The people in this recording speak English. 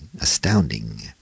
astounding